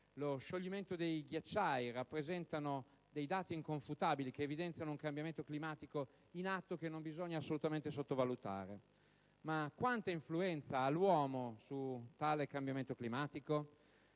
lo scioglimento dei ghiacciai rappresentano dati inconfutabili che evidenziano un cambiamento climatico in atto che non bisogna assolutamente sottovalutare. Ma quanta influenza ha l'uomo su tale cambiamento climatico?